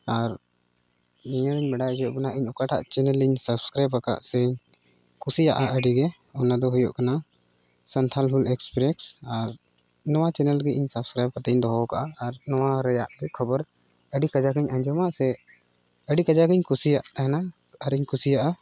ᱟᱨ ᱱᱤᱭᱟᱹ ᱦᱚᱧ ᱵᱟᱲᱟᱭ ᱜᱮᱭᱟ ᱵᱚᱞᱮ ᱚᱠᱟᱴᱟᱜ ᱪᱮᱱᱮᱞᱤᱧ ᱥᱟᱵᱥᱠᱨᱟᱭᱤᱵᱽ ᱟᱠᱟᱜᱼᱟ ᱥᱮᱧ ᱠᱩᱥᱤᱭᱟᱜᱼᱟ ᱟᱹᱰᱤ ᱜᱮ ᱚᱱᱟᱫᱚ ᱦᱩᱭᱩᱜ ᱠᱟᱱᱟ ᱥᱟᱱᱛᱷᱟᱞ ᱦᱩᱞ ᱮᱠᱥᱯᱨᱮᱥ ᱟᱨ ᱱᱚᱣᱟ ᱪᱮᱱᱮᱞ ᱜᱮ ᱤᱧ ᱥᱟᱵᱥᱠᱨᱟᱭᱤᱵᱽ ᱠᱟᱛᱮ ᱤᱧ ᱫᱚᱦᱚ ᱠᱟᱫ ᱟᱨ ᱱᱚᱣᱟ ᱨᱮᱭᱟᱜ ᱠᱷᱚᱵᱚᱨ ᱟᱹᱰᱤ ᱠᱟᱡᱟᱠ ᱤᱧ ᱟᱡᱚᱢᱟ ᱥᱮ ᱟᱹᱰᱤ ᱠᱟᱡᱟᱠ ᱤᱧ ᱠᱩᱥᱤᱭᱟᱜ ᱛᱟᱦᱮᱱᱟ ᱟᱨᱤᱧ ᱠᱩᱥᱤᱭᱟᱜᱼᱟ